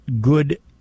good